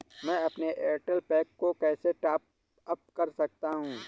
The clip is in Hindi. मैं अपने एयरटेल पैक को कैसे टॉप अप कर सकता हूँ?